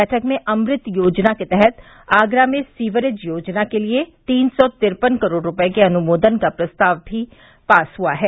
बैठक में अमृत योजना के तहत आगरा में सीवरेज योजना के लिये तीन सौ तिरपन करोड़ रूपये के अनुमोदन का प्रस्ताव भी पास हुआ है